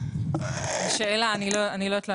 זו שאלה, אני לא יודעת לענות.